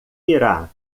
irá